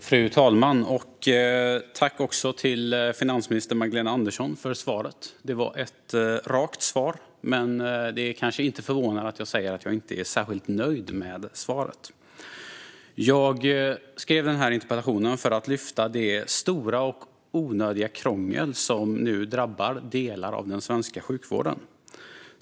Fru talman! Tack, finansminister Magdalena Andersson, för svaret! Det var ett rakt svar, men det kanske inte är förvånande att jag säger att jag inte är särskilt nöjd med det. Jag skrev den här interpellationen för att lyfta fram det stora och onödiga krångel som nu drabbar delar av den svenska sjukvården.